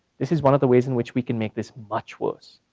this is one of the ways in which we can make this much worse.